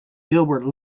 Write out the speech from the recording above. gilbert